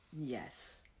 Yes